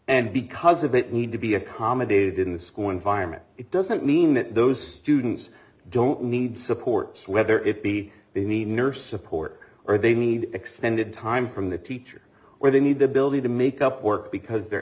and because of it need to be accommodated in the school environment it doesn't mean that those students don't need support whether it be they need a nurse support or they need extended time from the teacher or they need the ability to make up work because their